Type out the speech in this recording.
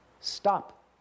Stop